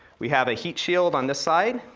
we have a heat shield on this side.